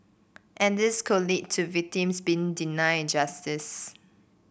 and this could lead to victims being denied justice